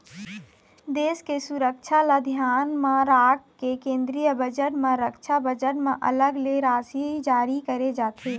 देश के सुरक्छा ल धियान म राखके केंद्रीय बजट म रक्छा बजट म अलग ले राशि जारी करे जाथे